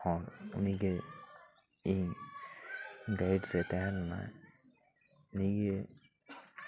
ᱩᱱᱤᱜᱮ ᱤᱧ ᱜᱟᱭᱤᱰ ᱨᱮ ᱛᱟᱦᱮᱸ ᱞᱮᱱᱟᱭ ᱩᱱᱤᱜᱮ